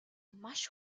маш